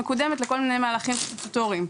מקודמת לכל מיני מהלכים סטטוטוריים,